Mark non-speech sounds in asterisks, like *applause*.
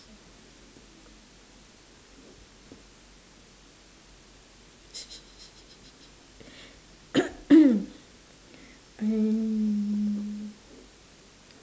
*laughs* *noise* um